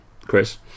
Chris